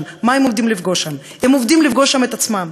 מה הם עומדים לפגוש שם: הם עומדים לפגוש שם את עצמם,